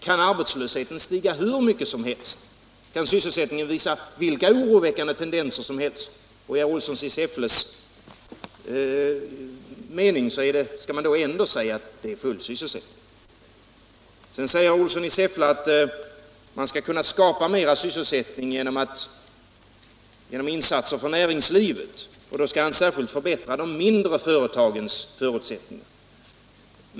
Kan arbetslösheten öka hur mycket som helst, kan sysselsättningen visa vilka oroväckande tendenser som helst? Enligt herr Gustafssons mening skall man ändå säga att det är full sysselsättning. Sedan sade herr Gustafsson att man skall kunna skapa mera sysselsättning genom näringslivsinsatser, särskilt genom att man förbättrar de mindre företagens förutsättningar.